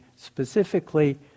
specifically